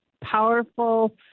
powerful